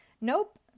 Nope